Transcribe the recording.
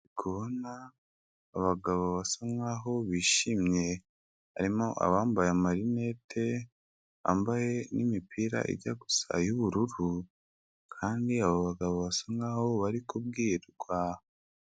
Ndi kubona abagabo basa nk'aho bishimye, harimo abambaye amarinete, bambaye n'imipira ijya gusa y'ubururu, kandi abo bagabo basa nk'aho bari kubwirwa.